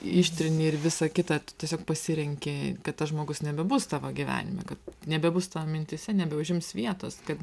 ištrini ir visą kitą tu tiesiog pasirenki kad tas žmogus nebebus tavo gyvenime kad nebebus tavo mintyse nebeužims vietos kad